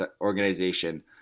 organization